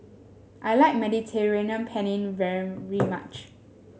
I like Mediterranean Penne very much